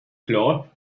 claw